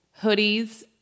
hoodies